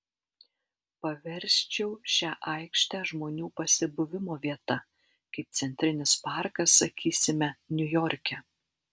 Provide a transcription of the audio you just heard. paversčiau šią aikštę žmonių pasibuvimo vieta kaip centrinis parkas sakysime niujorke